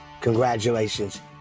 Congratulations